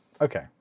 Okay